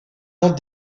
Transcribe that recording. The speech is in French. ans